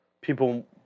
people